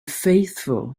faithful